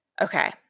Okay